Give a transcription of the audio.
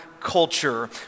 culture